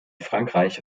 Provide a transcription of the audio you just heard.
frankreich